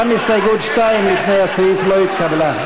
גם הסתייגות 2 לפני הסעיף לא התקבלה.